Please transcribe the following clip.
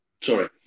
sorry